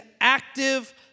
active